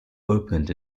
opened